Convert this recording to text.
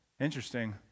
Interesting